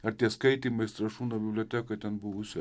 ar tie skaitymai strašūnų bibliotekoj ten buvusioj